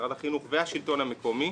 משרד החינוך והשלטון המקומי